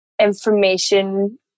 information